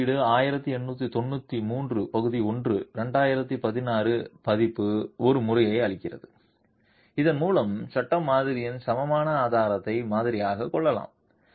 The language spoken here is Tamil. எஸ் குறியீடு 1893 பகுதி ஒன்று 2016 பதிப்பு ஒரு முறையை அளிக்கிறது இதன் மூலம் சட்ட மாதிரியில் சமமான ஆதாரத்தை மாதிரியாகக் கொள்ளலாம்